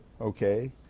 Okay